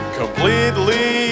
completely